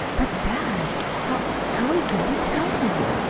but, dad, how how are you going to tell him?